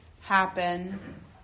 happen